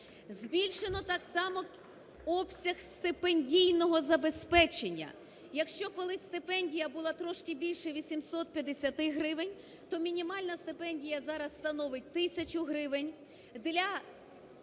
Збільшено так само обсяг стипендійного забезпечення. Якщо колись стипендія була трошки більше 850 гривень, то мінімальна стипендія зараз становить 1000 гривень.